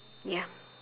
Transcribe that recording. ya